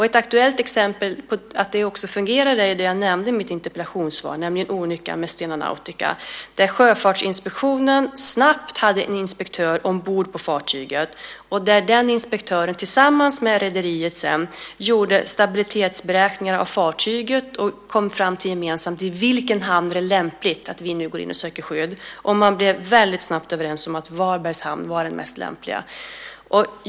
Ett aktuellt exempel på att detta också fungerar är det jag nämnde i mitt interpellationssvar, nämligen olyckan med Stena Nautica. Där hade Sjöfartsinspektionen snabbt en inspektör ombord på fartyget vilken sedan tillsammans med rederiet gjorde stabilitetsberäkningar av fartyget, och man kom gemensamt fram till vilken hamn som var lämplig att gå in i för att söka skydd. Man blev väldigt snabbt överens om att Varbergs hamn var den mest lämpliga.